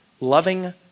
loving